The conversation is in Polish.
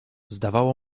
zdawało